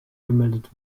gemeldet